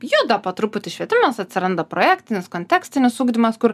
juda po truputį švietimas atsiranda projektinis kontekstinis ugdymas kur